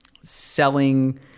selling